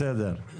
בסדר,